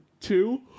two